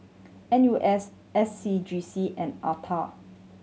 N U S S C G C and